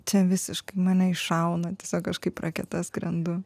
čia visiškai mane iššauna tiesiog kažkaip raketa skrendu